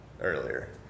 earlier